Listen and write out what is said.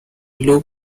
look